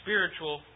Spiritual